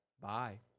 Bye